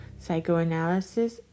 Psychoanalysis